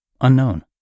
unknown